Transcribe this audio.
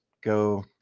go